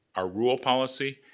our rule policy,